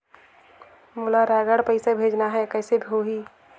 मोला रायगढ़ पइसा भेजना हैं, कइसे होही?